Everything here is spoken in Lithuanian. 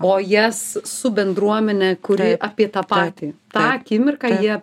o jas su bendruomene kuri apie tą patį tą akimirką jie